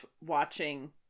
watching